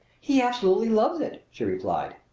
he absolutely loves it! she replied.